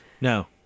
No